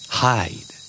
hide